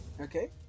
Okay